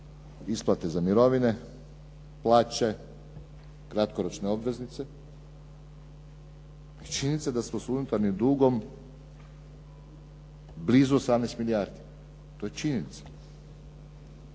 isplate za mirovine, plaće, kratkoročne obveznice. I činjenica je da smo s unutarnjim dugom blizu 18 milijardi. To je činjenica.